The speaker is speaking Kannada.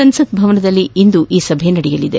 ಸಂಸತ್ ಭವನದಲ್ಲಿ ಇಂದು ಈ ಸಭೆ ನಡೆಯಲಿದೆ